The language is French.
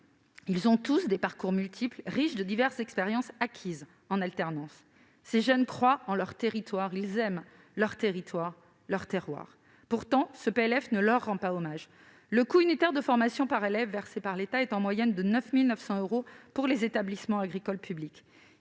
Ils ont tous des parcours multiples, riches de diverses expériences acquises en alternance. Ils croient en leur territoire, en leur terroir, qu'ils aiment. Pourtant, ce projet de loi de finances ne leur rend pas hommage. Le coût unitaire de formation par élève versé par l'État est en moyenne de 9 900 euros pour les établissements agricoles publics,